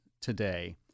today